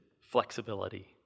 flexibility